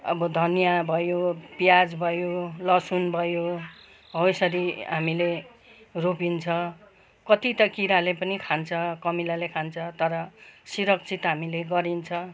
अब धनिया भयो प्याज भयो लसुन भयो हो यसरी हामीले रोपिन्छ कति त किराले पनि खान्छ कमिलाले खान्छ तर सुरक्षित हामीले गरिन्छ